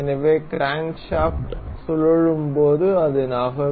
எனவே கிரான்க்ஷாப்ட் சுழலும்போது அது நகரும்